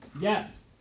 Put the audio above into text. Yes